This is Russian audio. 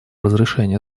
разрешения